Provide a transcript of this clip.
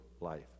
life